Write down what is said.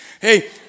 Hey